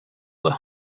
were